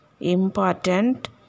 Important